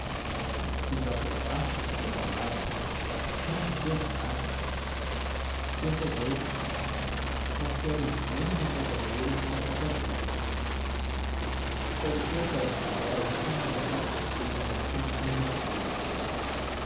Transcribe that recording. tu já provaste esse preparado não te fez nada tentas outro mas queres menos um companheiro que uma companhia pode ser que a esta hora já tenhas achado o esposo nas condições definidas